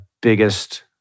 biggest